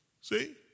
see